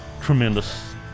tremendous